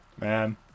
Man